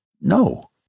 No